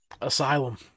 Asylum